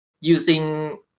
using